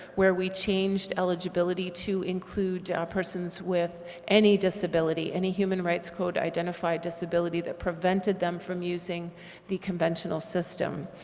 where we changed eligibility to include persons with any disability, any human rights code identified disability that prevented them from using the conventional system.